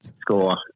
score